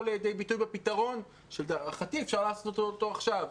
לידי ביטוי בפתרון שלהערכתי צריך לעשות אותו עכשיו.